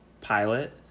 pilot